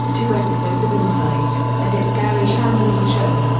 two episodes of insight, and it's garry shandling's show.